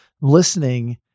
listening